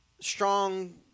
strong